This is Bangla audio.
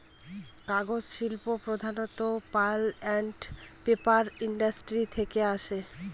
কাগজ শিল্প প্রধানত পাল্প আন্ড পেপার ইন্ডাস্ট্রি থেকে আসে